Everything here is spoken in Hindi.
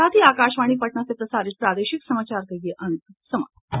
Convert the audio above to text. इसके साथ ही आकाशवाणी पटना से प्रसारित प्रादेशिक समाचार का ये अंक समाप्त हुआ